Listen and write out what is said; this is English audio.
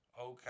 Okay